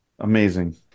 Amazing